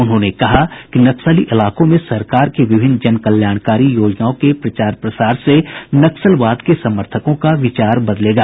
उन्होंने कहा कि नक्सली इलाकों में सरकार की विभिन्न जनकल्याणकारी योजनाओं के प्रचार प्रसार नक्सलवाद के समर्थकों का विचार बदलेगा